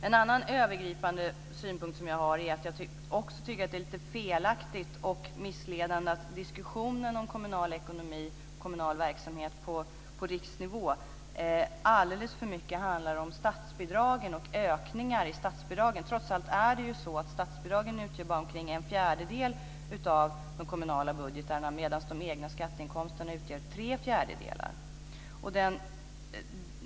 En annan övergripande synpunkt som jag har är att jag tycker att det är felaktigt och missledande att diskussionen om kommunal ekonomi och kommunal verksamhet på riksnivå handlar alldeles för mycket om statsbidragen och ökningar i statsbidragen. Trots allt utgör statsbidragen bara omkring en fjärdedel av de kommunala budgetarna, medan de egna skatteinkomsterna utgör tre fjärdedelar.